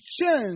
change